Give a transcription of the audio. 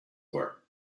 were